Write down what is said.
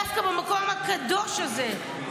דווקא במקום הקדוש הזה,